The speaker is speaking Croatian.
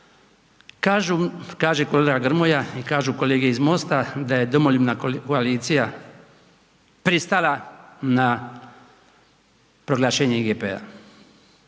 kaže kolega Grmoja i kažu kolege iz MOST-a da je domoljubna koalicija pristala na proglašenje IGP-a,